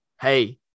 hey